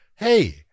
Hey